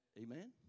Amen